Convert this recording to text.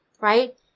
right